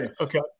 Okay